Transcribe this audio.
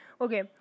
Okay